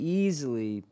easily